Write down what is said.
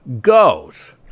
goes